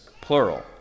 plural